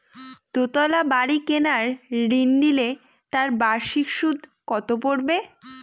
দুতলা বাড়ী কেনার ঋণ নিলে তার বার্ষিক সুদ কত পড়বে?